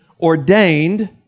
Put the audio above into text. ordained